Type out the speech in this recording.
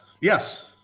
Yes